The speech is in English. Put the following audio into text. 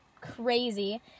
crazy